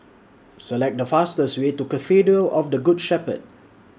Select The fastest Way to Cathedral of The Good Shepherd